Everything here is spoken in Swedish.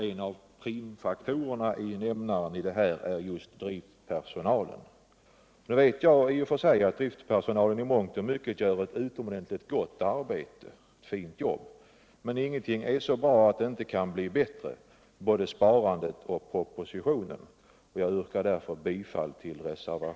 En av primfaktorerna i nämnaren här är just driftpersonalen. Nu vel jag i och för sig alt driftpersonalen i mångt och mycket gör ett utomordentligt fint jobb, men ingenting är så bra att det inte kan bli bättre. Det gäller både sparandet och propositionen.